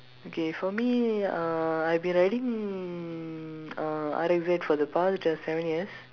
okay for me uh I've been riding uh R R Z for the past just seven years